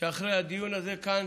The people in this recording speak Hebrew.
שאחרי הדיון הזה כאן